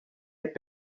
had